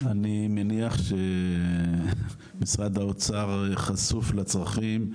אני מניח שמשרד האוצר חשוף לצרכים,